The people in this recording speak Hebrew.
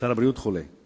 שר הבריאות חולה.